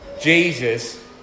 Jesus